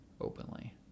openly